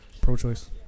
Pro-choice